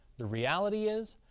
the reality is,